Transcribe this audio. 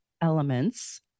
elements